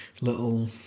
little